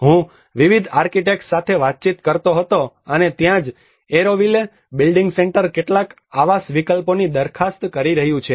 હું વિવિધ આર્કિટેક્ટ્સ સાથે વાતચીત કરતો હતો અને ત્યાં જ એરોવિલે બિલ્ડિંગ સેન્ટર કેટલાક આવાસ વિકલ્પોની દરખાસ્ત કરી રહ્યું છે